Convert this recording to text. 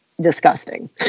disgusting